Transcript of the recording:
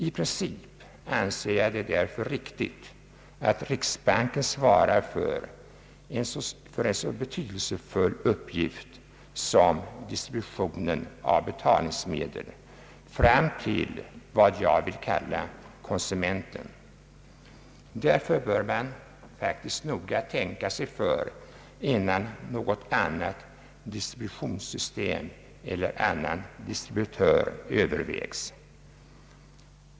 I princip anser jag det därför riktigt att riksbanken svarar för en så betydelsefull uppgift som distributionen av betalningsmedel fram till vad jag vill kalla konsumenten. Därför bör man noga tänka sig för innan annat distributionssystem eller annan distributör övervägs.